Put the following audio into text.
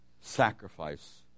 Sacrifice